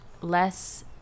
less